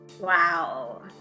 Wow